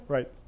Right